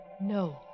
No